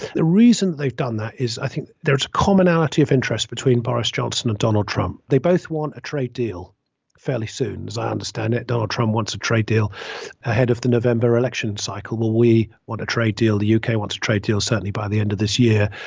the reason they've done that is i think there's a commonality of interest between boris johnson and donald trump. they both want a trade deal fairly soon as i understand it, donald trump wants a trade deal ahead of the november election cycle. will we want a trade deal? the u k. wants to trade deal certainly by the end of this year,